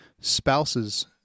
spouse's